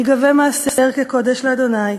ייגבה מעשר כ'קודש להשם'.